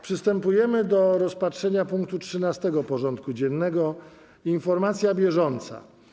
Przystępujemy do rozpatrzenia punktu 13. porządku dziennego: Informacja bieżąca.